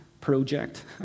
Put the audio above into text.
project